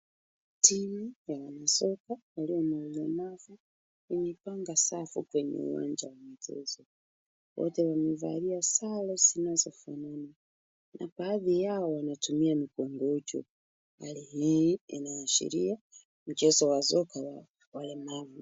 Timu ya wanasoka walio na walemavu wamepanga wamepanga safu kwenye uwanja wa mazoezi. Wote wamevalia sare zinazofanana na baadhi yao wanatumia mikunguju. Hali hii inaashiria mchezo wa soka wa walemavu.